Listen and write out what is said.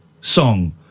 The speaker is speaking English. song